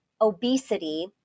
obesity